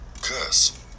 curse